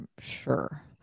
sure